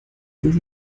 will